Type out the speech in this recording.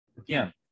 again